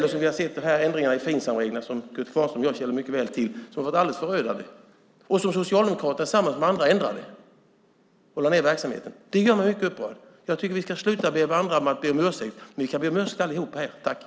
Ändringarna i Finsamreglerna som Kurt Kvarnström och jag känner mycket väl till har varit alldeles förödande, och det var Socialdemokraterna tillsammans med andra som ändrade och lade ned verksamheten. Detta gör mig mycket upprörd. Jag tycker att vi ska sluta uppmana varandra att be om ursäkt. Vi kan alla här be om ursäkt!